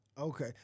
Okay